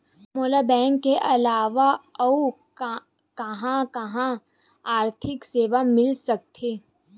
मोला बैंक के अलावा आऊ कहां कहा आर्थिक सेवा मिल सकथे?